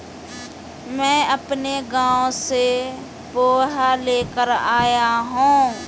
मैं अपने गांव से पोहा लेकर आया हूं